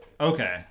Okay